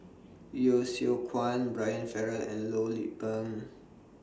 Yeo Seow Kwang Brian Farrell and Loh Lik Peng